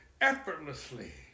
effortlessly